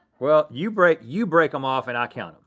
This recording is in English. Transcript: well, you break, you break them off and i'll count them.